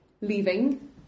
leaving